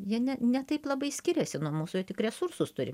jie ne ne taip labai skiriasi nuo mūsų jie tik resursus turi